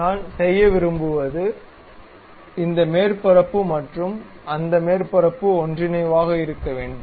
நான் செய்ய விரும்புவது இந்த மேற்பரப்பு மற்றும் இந்த மேற்பரப்பு ஒன்றிணைவாக இருக்க வேண்டும்